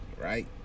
Right